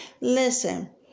Listen